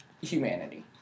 humanity